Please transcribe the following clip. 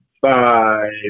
five